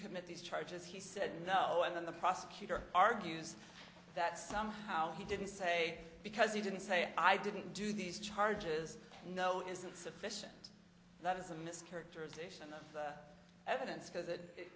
commit these charges he said no and then the prosecutor argues that somehow he didn't say because he didn't say i didn't do these charges know isn't sufficient that is a mischaracterization of evidence because it